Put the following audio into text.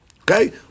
Okay